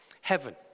heaven